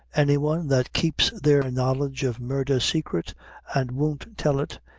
any one that keeps their knowledge of murdher saicret and won't tell it,